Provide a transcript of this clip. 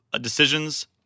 decisions